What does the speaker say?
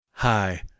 Hi